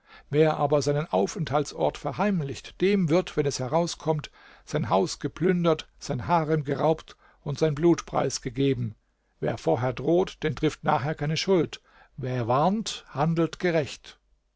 wer aber seinen aufenthaltsort verheimlicht dem wird wenn es herauskommt sein haus geplündert sein harem geraubt und sein blut preisgegeben wer vorher droht den trifft nachher keine schuld und wer warnt handelt gerecht